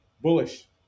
Bullish